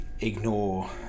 ignore